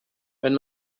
wenn